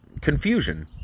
confusion